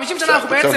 50 שנה אנחנו בעצם,